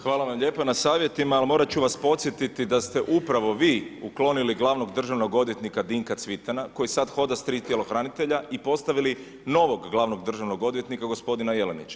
Hvala vam lijepa na savjetima, al' morat ću vas podsjetiti, da ste upravo vi, ukloniti glavnog državnog odvjetnika Dinka Cvitana, koji sad hoda s 3 tjelohranitelja i postavili novog glavnog državnog odvjetnika, gospodina Jelenića.